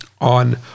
on